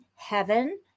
heaven